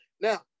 now